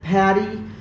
Patty